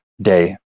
day